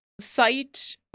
site